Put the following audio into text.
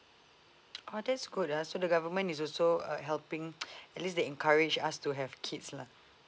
oh that's good uh so the government is also uh helping at least they encourage us to have kids lah